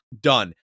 done